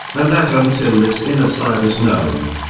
and that until this inner side is known,